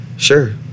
Sure